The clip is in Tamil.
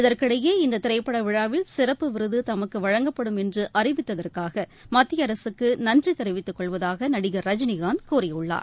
இதற்கிடையே இந்த திரைப்பட விழாவில் சிறப்பு விருது தமக்கு வழங்கப்படும் என்று அறிவித்ததற்காக மத்திய அரசுக்கு நன்றி தெரிவித்துக்கொள்வதாக நடிகர் ரஜினிகாந்த் கூறியுள்ளார்